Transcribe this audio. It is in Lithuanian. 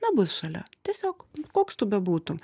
na bus šalia tiesiog koks tu bebūtum